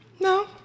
no